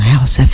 House